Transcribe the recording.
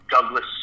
Douglas